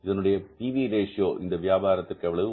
இதனுடைய P V ratio இந்த வியாபாரத்திற்கு எவ்வளவு